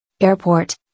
Airport